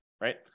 right